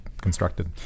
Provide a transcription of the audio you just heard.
constructed